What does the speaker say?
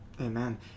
Amen